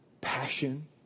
passion